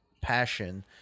passion